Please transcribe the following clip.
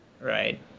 Right